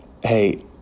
hey